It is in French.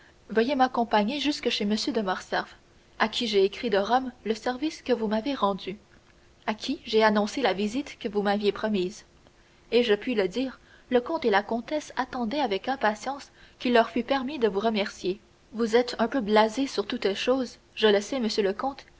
veuillez m'accompagner jusque chez m de morcerf à qui j'ai écrit de rome le service que vous m'avez rendu à qui j'ai annoncé la visite que vous m'aviez promise et je puis le dire le comte et la comtesse attendaient avec impatience qu'il leur fût permis de vous remercier vous êtes un peu blasé sur toutes choses je le sais monsieur le